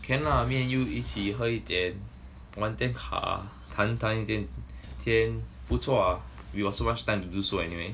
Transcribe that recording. can lah me and you 一起喝一点玩一点卡谈谈一点天不错 ah we got so much time to do so anyway